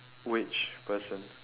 which person